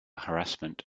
harassment